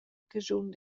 caschun